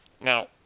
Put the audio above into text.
Now